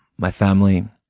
my family,